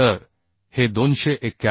तर हे 291